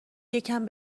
یکم